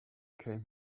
came